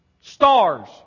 Stars